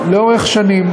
לאורך שנים.